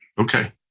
Okay